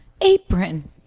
apron